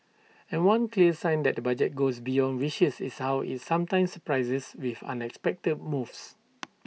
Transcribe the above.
and one clear sign that the budget goes beyond wishes is how IT sometimes surprises with unexpected moves